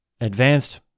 advanced